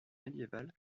médiévale